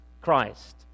Christ